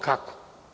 Kako?